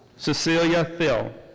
cecelia thill.